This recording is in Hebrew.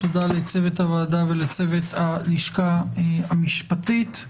תודה לצוות הוועדה ולצוות הלשכה המשפטית.